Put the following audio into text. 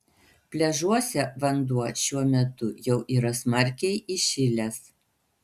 pliažuose vanduo šiuo metu jau yra smarkiai įšilęs